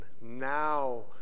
Now